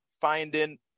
finding